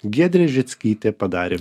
giedrė žickytė padarė